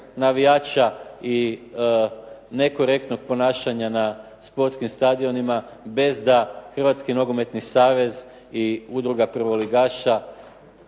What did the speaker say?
navijača i nekorektnog ponašanja na sportskim stadionima bez da Hrvatski nogometni savez i udruga prvoligaša